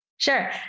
Sure